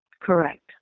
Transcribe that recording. Correct